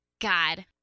God